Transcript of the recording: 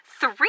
three